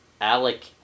Alec